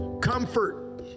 comfort